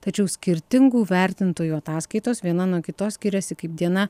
tačiau skirtingų vertintojų ataskaitos viena nuo kitos skiriasi kaip diena